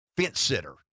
fence-sitter